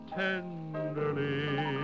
tenderly